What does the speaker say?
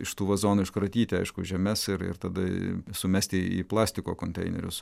iš tų vazonų iškratyti aišku žemes ir ir tada sumesti į plastiko konteinerius